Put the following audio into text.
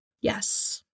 Yes